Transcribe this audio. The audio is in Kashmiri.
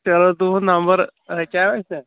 چلو تُہُنٛد نمبر رچیٛاو اَسہِ نا